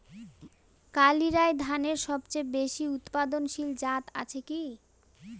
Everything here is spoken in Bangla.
কালিরাই ধানের সবচেয়ে বেশি উৎপাদনশীল জাত আছে কি?